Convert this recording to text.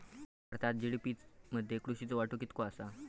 भारतात जी.डी.पी मध्ये कृषीचो वाटो कितको आसा?